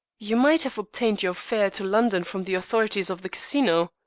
you might have obtained your fare to london from the authorities of the casino?